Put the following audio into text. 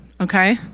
okay